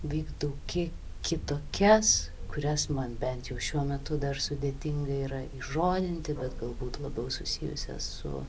vykdau kiek kitokias kurias man bent jau šiuo metu dar sudėtinga yra įžodinti bet galbūt labiau susijusias su